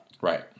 Right